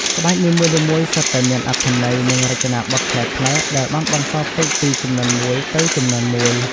ក្បាច់នីមួយៗសុទ្ធតែមានអត្ថន័យ និងរចនាបថប្លែកៗ ដែលបានបន្សល់ទុកពីជំនាន់មួយទៅជំនាន់មួយ។